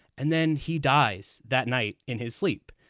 and then he dies that night in his sleep.